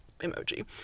emoji